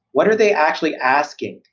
what are they actually asking?